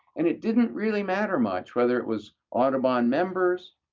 and it didn't really matter much whether it was audubon members,